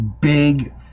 big